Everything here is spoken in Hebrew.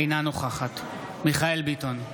אינה נוכחת מיכאל מרדכי ביטון,